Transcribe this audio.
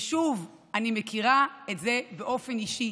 ושוב, אני מכירה את זה באופן אישי,